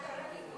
החוק הוא שלך.